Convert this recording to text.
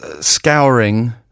scouring